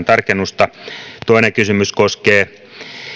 tarkennusta toinen kysymys koskee